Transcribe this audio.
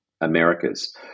America's